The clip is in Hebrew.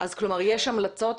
--- אז כלומר יש המלצות,